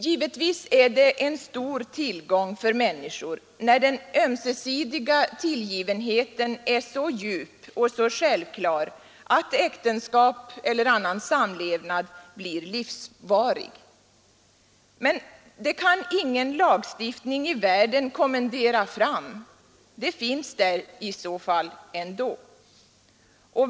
Givetvis är det en stor tillgång för människor när den ömsesidiga tillgivenheten är så djup och så självklar att äktenskap eller annan samlevnad blir livsvarig. Men det kan ingen lagstiftning i världen kommendera fram; det finns där ändå.